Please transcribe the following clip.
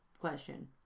question